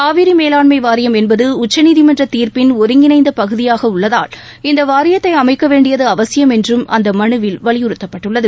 காவிரி மேலாண்மை வாரியம் என்பது உச்சநீதிமன்ற தீர்ப்பின் ஒருங்கிணைந்த பகுதியாக உள்ளதால் இந்த வாரியத்தை அமைக்க வேண்டியது அவசியம் என்றும் அந்த மனுவில் வலியுறுத்தப்பட்டுள்ளது